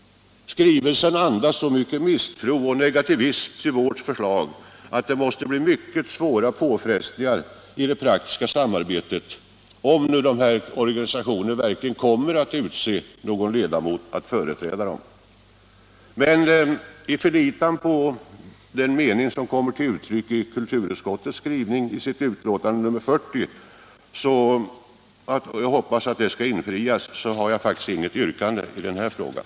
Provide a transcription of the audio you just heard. Skrivelsen andas så mycken misstro och negativism till vårt förslag att det måste bli mycket svåra påfrestningar i det praktiska samarbetet — om nu dessa organisationer verkligen kommer att utse någon ledamot att företräda dem. Men i förlitan på att den mening som kommer till uttryck i kulturutskottets skrivning i betänkandet nr 40 skall infrias har jag faktiskt inget yrkande i den frågan.